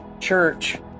Church